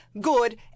good